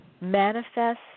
manifest